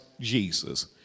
Jesus